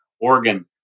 oregon